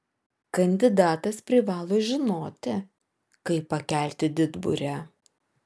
kandidatas privalo žinoti kaip pakelti didburę